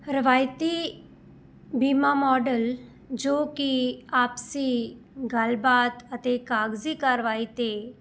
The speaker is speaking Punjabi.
ਰਵਾਇਤੀ ਬੀਮਾ ਮਾਡਲ ਜੋ ਕਿ ਆਪਸੀ ਗੱਲਬਾਤ ਅਤੇ ਕਾਗਜ਼ੀ ਕਾਰਵਾਈ 'ਤੇ